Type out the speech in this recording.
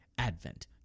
Advent